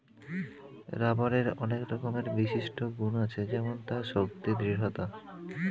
রাবারের অনেক রকমের বিশিষ্ট গুন্ আছে যেমন তার শক্তি, দৃঢ়তা